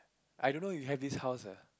I don't know you have this house eh